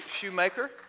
Shoemaker